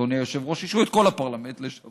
אדוני היושב-ראש: השעו את כל הפרלמנט לשבוע,